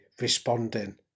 responding